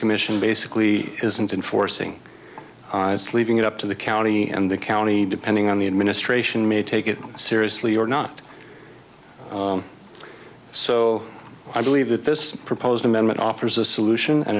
commission basically isn't enforcing it's leaving it up to the county and the county depending on the administration may take it seriously or not so i believe that this proposed amendment offers a solution an